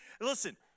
Listen